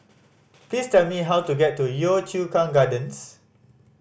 please tell me how to get to Yio Chu Kang Gardens